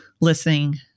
listening